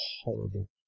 horrible